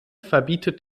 verbietet